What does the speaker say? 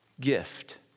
gift